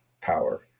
power